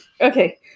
Okay